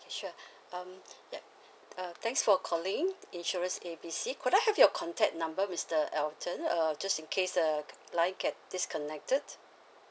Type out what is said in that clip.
okay sure um yup uh thanks for calling insurance A B C could I have your contact number mister elton uh just in case uh line get disconnected